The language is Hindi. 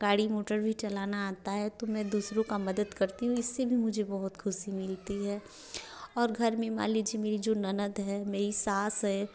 गाड़ी मोटर भी चलाना आता है तो मैं दूसरों का मदद करती हूँ इससे भी मुझे बहुत खुशी मिलती है और घर में मान लीजिए मेरी जो ननद है मेरी सास है